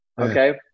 okay